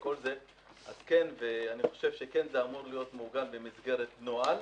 אני חושב שזה אמור להיות מעוגן במסגרת נוהל,